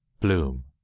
bloom